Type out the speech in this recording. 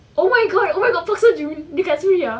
oh my god oh my god park seo joon dekat suria